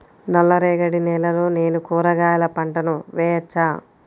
నల్ల రేగడి నేలలో నేను కూరగాయల పంటను వేయచ్చా?